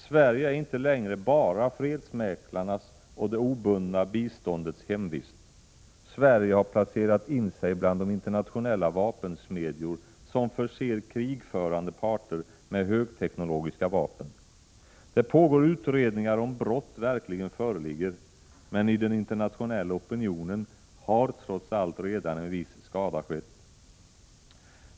Sverige är inte längre bara fredsmäklarnas och det obundna biståndets hemvist. Sverige har placerat in sig bland de internationella vapensmedjor som förser krigförande parter med högteknologiska vapen. Det pågår utredningar av om brott verkligen föreligger, men i den internationella opinionen är skadan redan skedd.